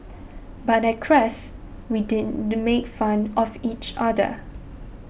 but at Crest we didn't make fun of each other